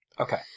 Okay